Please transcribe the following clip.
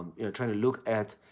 you know trying to look at